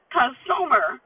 consumer